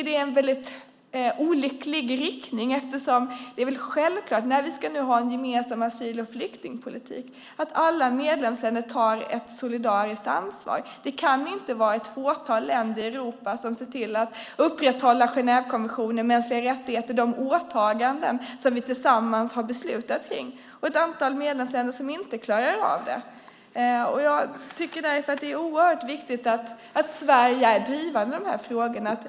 Det är en väldigt olycklig riktning. När vi nu ska ha en gemensam asyl och flyktingpolitik är det väl självklart att alla medlemsländer tar ett solidariskt ansvar. Det kan inte vara ett fåtal länder i Europa som ser till att upprätthålla Genèvekonventionen om mänskliga rättigheter och de åtaganden som vi tillsammans har beslutat om och ett antal länder som inte klarar av det. Jag tycker därför att det är oerhört viktigt att Sverige är drivande i de här frågorna.